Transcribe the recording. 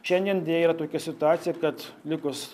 šiandien deja yra tokia situacija kad likus